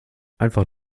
einfach